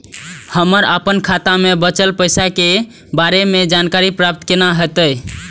हम अपन खाता में बचल पैसा के बारे में जानकारी प्राप्त केना हैत?